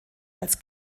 als